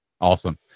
Awesome